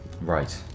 right